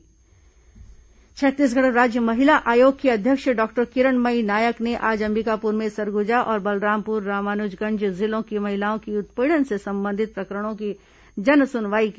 महिला आयोग सुनवाई छत्तीसगढ़ राज्य महिला आयोग की अध्यक्ष डॉक्टर किरणमयी नायक ने आज अंबिकापुर में सरगुजा और बलरामपुर रामानुजगंज जिलों की महिलाओं के उत्पीड़न से संबंधित प्रकरणों की जनसुनवाई की